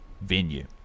venue